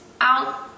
out